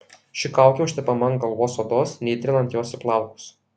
ši kaukė užtepama ant galvos odos neįtrinant jos į plaukus